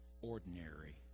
Ordinary